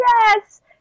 yes